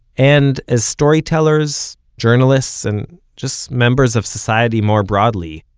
and as storytellers, journalists, and just members of society more broadly,